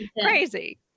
crazy